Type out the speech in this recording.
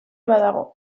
badago